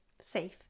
safe